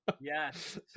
yes